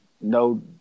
no